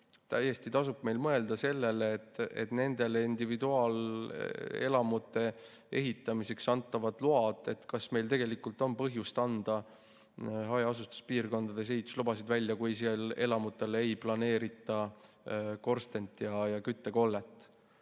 täiesti tasub meil mõelda nende individuaalelamute ehitamiseks antavate lubade puhul, kas meil tegelikult on põhjust anda hajaasustuspiirkondades ehituslubasid välja, kui sealsetele elamutele ei planeerita korstent ja küttekollet.